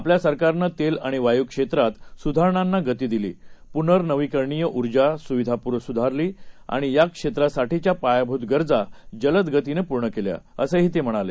आपल्या सरकारनं तेल आणि वायू क्षेत्रात सुधारणांना गती दिली पुनर्रनवीकरणीय ऊर्जा सुविधा सुधारली आणि या क्षेत्रातासाठीच्या पायाभूत गरजा जलद गतीनं पूर्ण केल्या असं ते म्हणाले